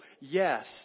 Yes